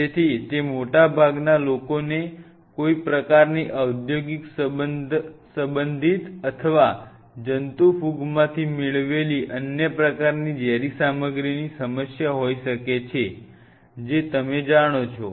તેથી તે મોટા ભાગના લોકોને કોઈ પ્રકારની ઔદ્યોગિક સંબંધિત અથવા જંતુ ફૂગમાંથી મેળવેલી અન્ય પ્રકારની ઝેરી સામગ્રીની સમસ્યા હોઈ શકે છે જે તમે જાણો છો